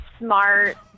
smart